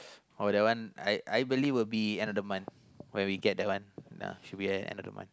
uh that one I I believe will be end of the month where we get that one uh should be end of the month